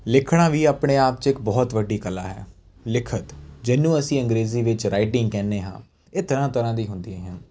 ਲਿਖਣਾ ਵੀ ਆਪਣੇ ਆਪ 'ਚ ਇੱਕ ਬਹੁਤ ਵੱਡੀ ਕਲਾ ਹੈ ਲਿਖਤ ਜਿਹਨੂੰ ਅਸੀਂ ਅੰਗਰੇਜ਼ੀ ਵਿੱਚ ਰਾਈਟਿੰਗ ਕਹਿੰਦੇ ਹਾਂ ਇਹ ਤਰ੍ਹਾਂ ਤਰ੍ਹਾਂ ਦੀ ਹੁੰਦੀ ਹੈ